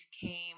came